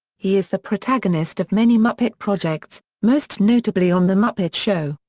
he is the protagonist of many muppet projects, most notably on the muppet show,